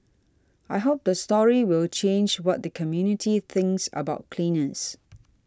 I hope the story will change what the community thinks about cleaners